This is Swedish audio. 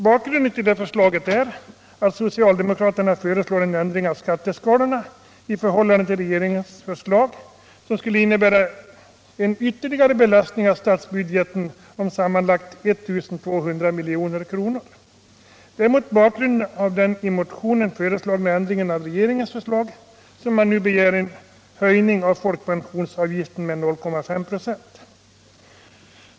Bakgrunden till detta förslag är att socialdemokraterna i förhållande till propositionen föreslår en ändring av skatteskalorna, som innebär en ytterligare belastning av statsbudgeten om sammanlagt 1 200 milj.kr. Det är mot bakgrund av den i motionen föreslagna ändringen av regeringens förslag som man nu begär en höjning av folkpensionsavgiften med 0,5 96.